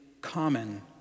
common